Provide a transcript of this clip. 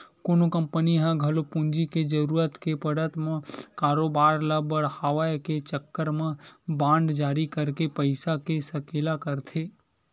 कोनो कंपनी ह घलो पूंजी के जरुरत के पड़त म कारोबार ल बड़हाय के चक्कर म बांड जारी करके पइसा के सकेला करथे